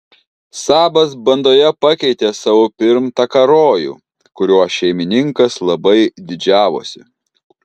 sabas bandoje pakeitė savo pirmtaką rojų kuriuo šeimininkas labai didžiavosi